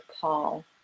Paul